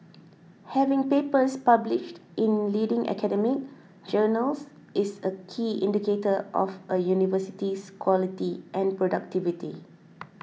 having papers published in leading academic journals is a key indicator of a university's quality and productivity